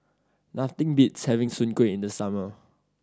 nothing beats having soon kway in the summer